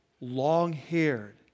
long-haired